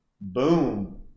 boom